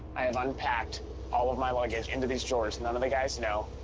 i have unpacked all of my luggage into these drawers. none of the guys know.